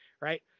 right